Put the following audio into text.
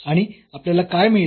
आणि आपल्याला काय मिळते